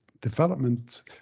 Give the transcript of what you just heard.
development